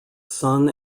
sun